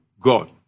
God